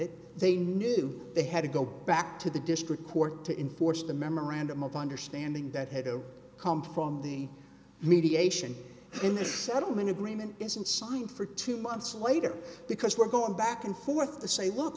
it they knew they had to go back to the district court to enforce the memorandum of understanding that had to come from the mediation in the settlement agreement isn't signed for two months later because we're going back and forth to say